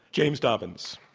james dobbins.